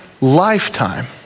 lifetime